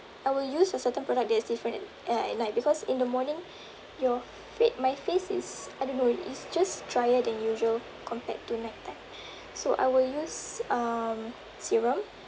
I will use a certain product that's different uh at night like because in the morning your fa~ my face is I don't know it's just drier than usual compared to night time so I will use um serum